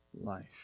life